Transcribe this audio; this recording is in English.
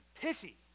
pity